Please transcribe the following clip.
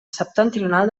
septentrional